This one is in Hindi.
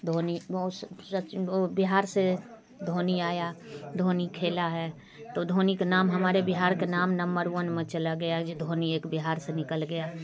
धोनी बिहार से धोनी आया धोनी खेला है तो धोनी के नाम हमारे बिहार का नाम नंबर वन में चला गया ये धोनी एक बिहार से निकल गया